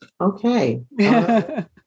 Okay